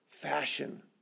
fashion